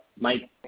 Mike